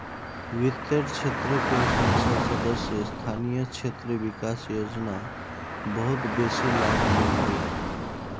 वित्तेर क्षेत्रको संसद सदस्य स्थानीय क्षेत्र विकास योजना बहुत बेसी लाभ मिल ले